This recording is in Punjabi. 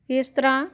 ਇਸ ਤਰ੍ਹਾਂ